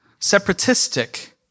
separatistic